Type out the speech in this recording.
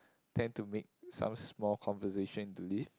tend to make some small conversations in the lift